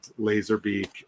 Laserbeak